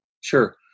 Sure